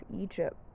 Egypt